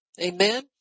Amen